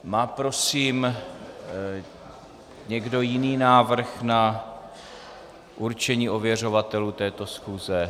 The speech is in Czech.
Má prosím někdo jiný návrh na určení ověřovatelů této schůze?